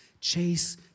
Chase